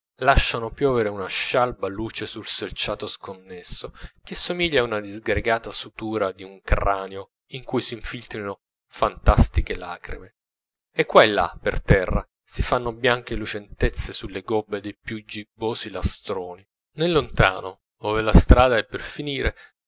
lasciano piovere una scialba luce sul selciato sconnesso che somiglia una disgregata sutura di un cranio in cui s'infiltrino fantastiche lacrime e qua e là per terra si fanno bianche lucentezze sulle gobbe dei più gibbosi lastroni nel lontano ove la strada è per finire